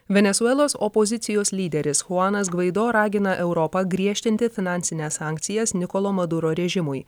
venesuelos opozicijos lyderis chuanas gvaido ragina europą griežtinti finansines sankcijas nikolo maduro režimui